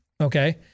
Okay